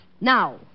Now